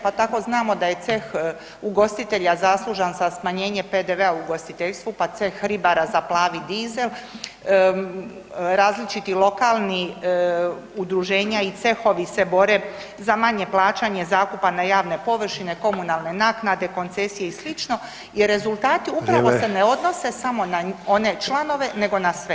Pa tako znamo da je ceh ugostitelja zaslužan za smanjenje PDV-a u ugostiteljstvu, pa ceh ribara za plavi dizel, različiti lokalna udruženja i cehovi se bore za manje plaćanje zakupa na javne površine, komunalne naknade, koncesije i sl. i rezultati upravo se ne odnose samo na one članove, nego na sve.